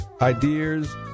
ideas